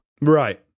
Right